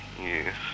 Yes